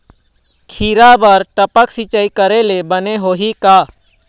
खिरा बर टपक सिचाई करे ले बने होही का?